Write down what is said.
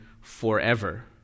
forever